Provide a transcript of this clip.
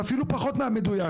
ואפילו פחות מהמדויק.